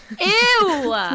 Ew